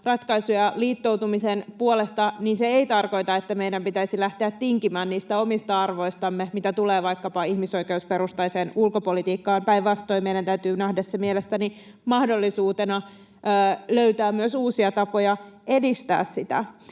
ratkaisuja liittoutumisen puolesta, niin se ei tarkoita, että meidän pitäisi lähteä tinkimään niistä omista arvoistamme, mitä tulee vaikkapa ihmisoikeusperustaiseen ulkopolitiikkaan. Päinvastoin meidän täytyy nähdä se mielestäni mahdollisuutena löytää myös uusia tapoja edistää sitä.